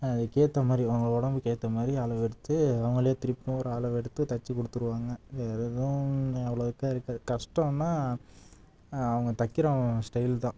அதுக்கேற்ற மாதிரி உங்கள் உடம்புக்கு ஏற்ற மாதிரி அளவெடுத்து அவங்களே திருப்பியும் ஒரு அளவெடுத்து தச்சு கொடுத்துருவாங்க வேறு எதுவும் அவ்வளோக்கா இருக்காது கஷ்டோம்னா அவங்க தைக்கிறோம் ஸ்டைல் தான்